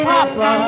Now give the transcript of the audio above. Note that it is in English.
Papa